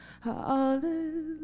hallelujah